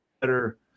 better